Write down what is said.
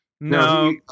No